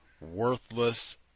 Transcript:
worthless